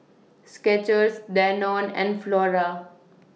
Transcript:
Skechers Danone and Flora